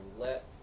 let